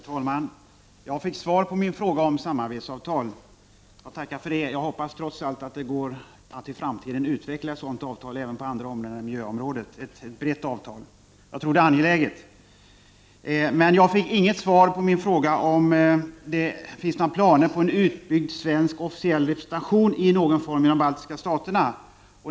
Herr talman! Jag fick svar på min fråga om samarbetsavtal. Jag tackar för det. Jag hoppas trots allt att det i framtiden går att utveckla ett sådant brett avtal även på andra områden än på miljöområdet. Jag tycker att det är angeläget. Jag fick däremot inte något svar på min fråga om det finns några planer på en utbyggd svensk officiell representation i någon form i de baltiska staterna.